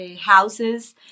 houses